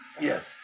Yes